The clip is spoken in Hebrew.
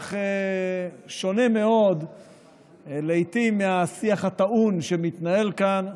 שונה מאוד לעיתים מהשיח הטעון שמתנהל כאן,